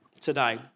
today